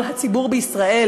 כל הציבור בישראל,